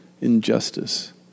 injustice